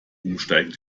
umsteigen